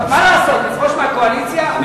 מה לעשות, לפרוש מהקואליציה?